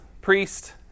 priest